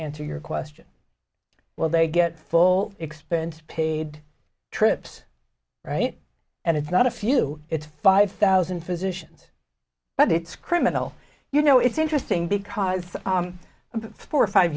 answer your question well they get full expense paid trips right and it's not a few it's five thousand physicians but it's criminal you know it's interesting because four or five